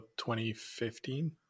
2015